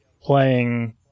playing